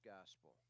gospel